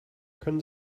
können